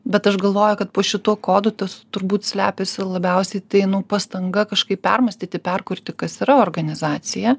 bet aš galvoju kad po šituo kodu tas turbūt slepiasi labiausiai tai nu pastanga kažkaip permąstyti perkurti kas yra organizacija